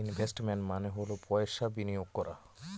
investment মানে হল পয়সা বিনিয়োগ করা